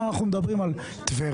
נכון.